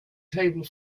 table